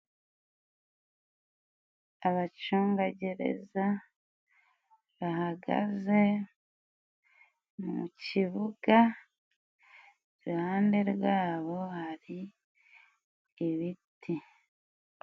Abacungagereza bahagaze mu kibuga, iruhande rwabo hari ibiti.